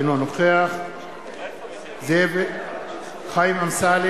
אינו נוכח אריה אלדד, אינו נוכח חיים אמסלם,